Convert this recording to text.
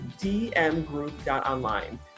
dmgroup.online